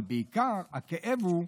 בעיקר הכאב הוא,